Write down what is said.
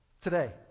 Today